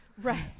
Right